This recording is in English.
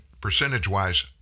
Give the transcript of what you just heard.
percentage-wise